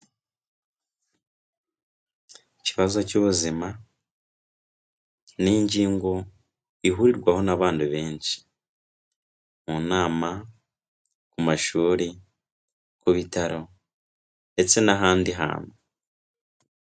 Icy'ubuzima ni ingingo ihurirwaho n'abandi benshi, mu nama, mu mashuri, ku bitaro ndetse n'ahandi hantu.